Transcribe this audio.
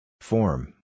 Form